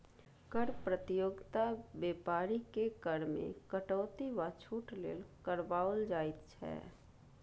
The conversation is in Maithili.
कर प्रतियोगिता बेपारीकेँ कर मे कटौती वा छूट लेल करबाओल जाइत छै